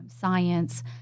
science